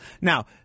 Now